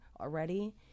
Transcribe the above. already